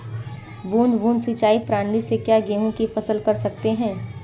बूंद बूंद सिंचाई प्रणाली से क्या गेहूँ की फसल कर सकते हैं?